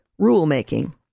rulemaking